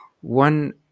one